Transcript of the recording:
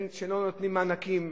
שלא נותנים מענקים,